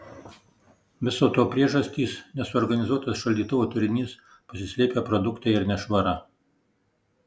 viso to priežastys nesuorganizuotas šaldytuvo turinys pasislėpę produktai ir nešvara